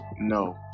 No